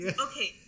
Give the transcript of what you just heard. okay